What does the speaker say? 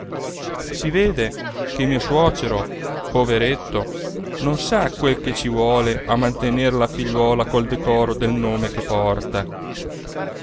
si vede che mio suocero poveretto non sa quel che ci vuole a mantenere la figliuola col decoro del nome che porta